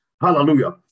hallelujah